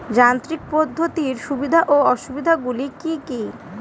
যান্ত্রিক পদ্ধতির সুবিধা ও অসুবিধা গুলি কি কি?